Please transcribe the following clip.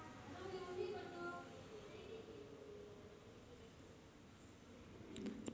reserve bank of India भारतात तसेच परदेशात पैसे पाठवते